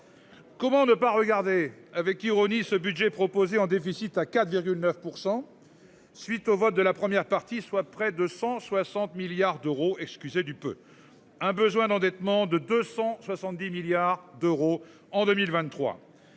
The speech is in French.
Comment ne pas regarder avec ironie ce budget proposé en déficit à 4,9%, suite au vote de la première partie, soit près de 160 milliards d'euros, excusez du peu. Un besoin d'endettement de 270 milliards d'euros en 2023.